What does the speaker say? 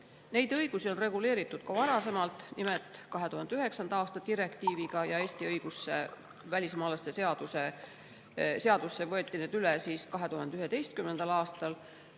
Neid õigusi on reguleeritud ka varasemalt, nimelt 2009. aasta direktiiviga, ja Eesti õigusesse, välismaalaste seadusesse võeti need üle 2011. aastal.